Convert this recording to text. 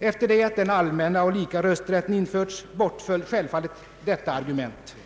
Efter det att den allmänna och lika rösträtten införts bortföll självfallet detta argument.